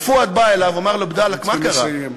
ופואד בא אליו ואומר לו, בדאלכ, מה קרה?